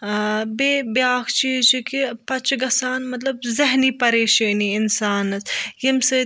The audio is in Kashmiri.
ٲں بیٚیہِ بیاکھ چیٖز چھُ کہِ پَتہٕ چھِ گژھان مطلب ذہنی پریشٲنی اِنسانَس ییٚمہِ سۭتۍ